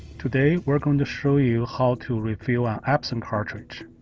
today, we're going to show you how to refill an epson cartridge.